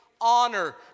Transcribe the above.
Honor